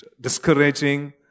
discouraging